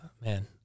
Man